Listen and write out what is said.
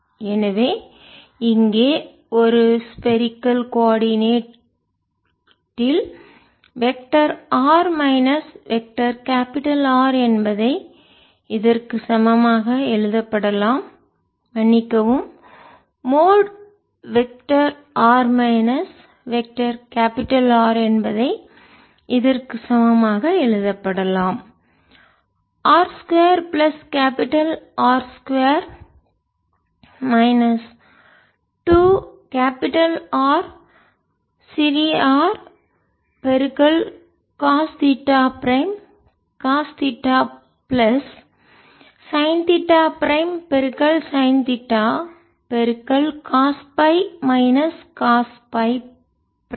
எனவே இங்கே ஒரு ஸ்பேரிக்கல் கோள கோஆர்டினேட் ல் vector r minus vector capital R என்பதை இதற்கு சமமாக எழுதப்படலாம் மன்னிக்கவும் mod vector r minus vector capital R என்பதை இதற்கு சமமாக எழுதப்படலாம் r 2 plus capital R 2 minus 2 capital R சிறிய R cos theta prime cos theta plus sine theta prime sine theta cos phi minus phi prime